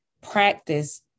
practice